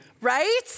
Right